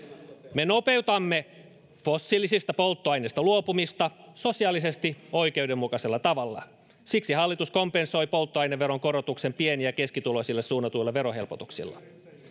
me nopeutamme fossiilisista polttoaineista luopumista sosiaalisesti oikeudenmukaisella tavalla siksi hallitus kompensoi polttoaineveron korotuksen pieni ja keskituloisille suunnatuilla verohelpotuksilla